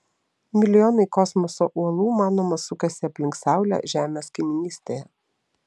milijonai kosmoso uolų manoma sukasi aplink saulę žemės kaimynystėje